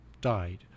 died